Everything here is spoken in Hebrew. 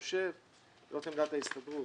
זאת עמדת ההסתדרות,